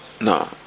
no